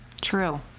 True